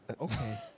Okay